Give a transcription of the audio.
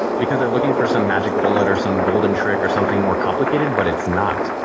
because they're looking for some magic bullet or some golden trick or something more complicated, but it's not.